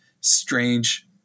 strange